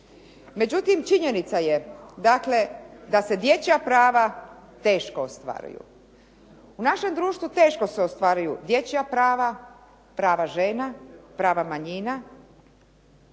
Međutim, činjenica je dakle da se dječja prava teško ostvaruju. U našem društvu teško se ostvaruju dječja prava, prava žena, prava manjina,